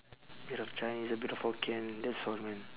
a bit of chinese a bit of hokkien that's all man